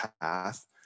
path